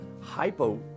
hypo